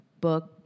book